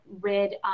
rid